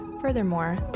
Furthermore